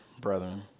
brethren